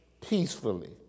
peacefully